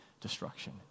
destruction